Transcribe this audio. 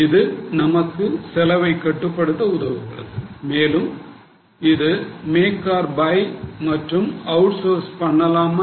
இது நமக்கு செலவை கட்டுப்படுத்த உதவுகிறது மேலும் இது மேக் ஆர் பை மற்றும் அவுட் சோர்ஸ் பண்ணலாமா